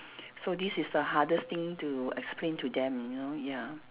so this is the hardest thing to explain to them you know ya